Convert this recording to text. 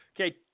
Okay